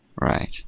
Right